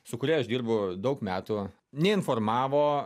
su kuria aš dirbu daug metų neinformavo